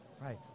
Right